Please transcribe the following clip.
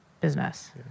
business